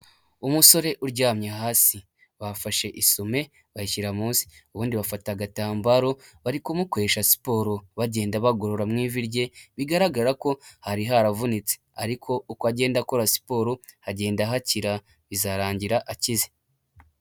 Umusore uryamye hasi bafashe isume bashyira munsi ubundi bafata agatambaro bari kumukoresha siporo bagenda bagorora mu ijwi rye bigaragara ko hari haravunitse, ariko uko agenda akora siporo hagenda hakira bizarangira akize.